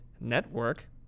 network